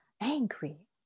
Angry